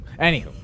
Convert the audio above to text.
Anywho